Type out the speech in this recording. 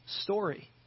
story